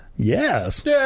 Yes